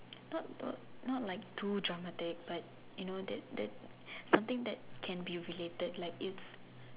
not not not like too dramatic but you know that that something that can be related like it's